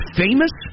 famous